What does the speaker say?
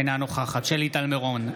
אינה נוכחת שלי טל מירון,